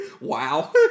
wow